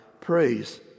praise